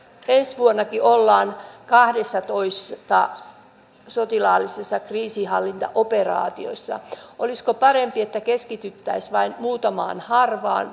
ensi vuonnakin olemme kahdessatoista sotilaallisessa kriisinhallintaoperaatiossa olisiko parempi että keskityttäisiin vain muutamaan harvaan